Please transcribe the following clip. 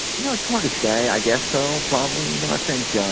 know it's hard to say, i guess so probably, you know, i think,